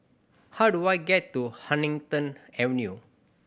how do I get to Huddington Avenue